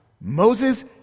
Moses